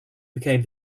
became